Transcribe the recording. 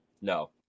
No